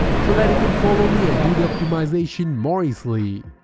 so that you can follow me and do the optimization more easily.